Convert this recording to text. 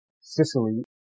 Sicily